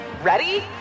Ready